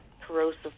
Corrosive